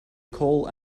coal